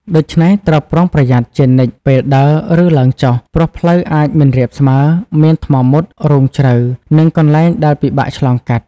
ដូច្នេះ ត្រូវប្រុងប្រយ័ត្នជានិច្ចពេលដើរ ឬឡើងចុះ ព្រោះផ្លូវអាចមិនរាបស្មើ មានថ្មមុត រូងជ្រៅ និងកន្លែងដែលពិបាកឆ្លងកាត់។